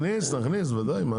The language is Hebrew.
להכניס, להכניס, בוודאי.